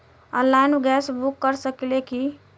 Online gas book कर सकिले की?